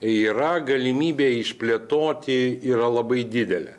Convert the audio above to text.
yra galimybė išplėtoti yra labai didelė